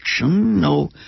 no